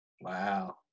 wow